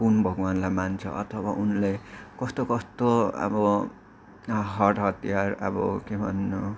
कुन भगवान्लाई मान्छ अथवा उनले कस्तो कस्तो अब हर हतियार अब के भन्नु